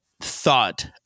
thought